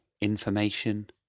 information